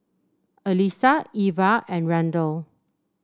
Alisa Iva and Randell